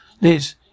Liz